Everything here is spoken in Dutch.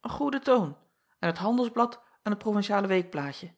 een goede toon en het andelsblad en het rovinciale weekblaadje